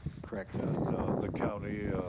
correct. and the county,